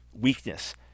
weakness